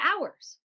hours